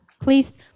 Please